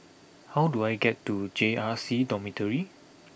how do I get to J R C Dormitory